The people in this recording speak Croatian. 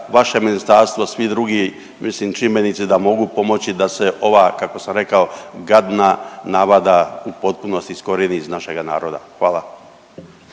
Vaše ministarstvo, svi drugi mislim čimbenici da mogu pomoći da se ova kako sam rekao gadna navada u potpunosti iskorijeni iz našega naroda. Hvala.